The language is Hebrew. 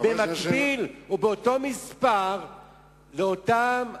במקביל או באותו מספר לאותם הזכאים,